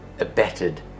Abetted